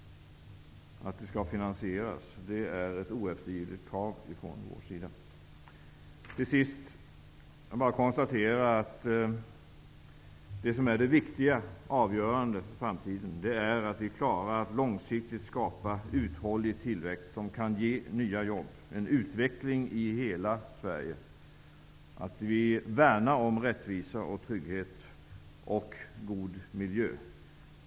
Att den skall finansieras är ett oeftergivligt krav från vår sida. Till sist kan jag konstatera att det viktiga och avgörande för framtiden är att vi klarar att långsiktigt skapa uthållig tillväxt som kan ge nya jobb och utveckling i hela Sverige. Vi skall värna om rättvisa, trygghet och god miljö.